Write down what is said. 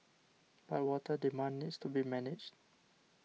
but water demand needs to be managed